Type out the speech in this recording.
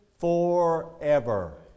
forever